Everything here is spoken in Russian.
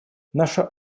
наша